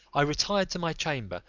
i retired to my chamber,